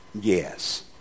Yes